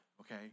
okay